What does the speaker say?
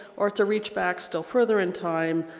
or to reach back still further in time,